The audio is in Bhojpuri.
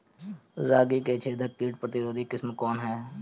रागी क छेदक किट प्रतिरोधी किस्म कौन ह?